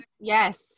Yes